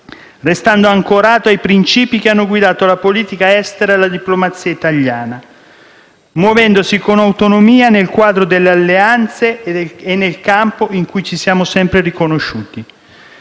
restando ancorato ai principi che hanno guidato la politica estera e la diplomazia italiana, muovendosi con autonomia nel quadro delle alleanze e nel campo in cui ci siamo sempre riconosciuti,